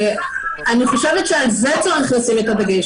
אני חושבת שעל זה צריך לשים את הדגש.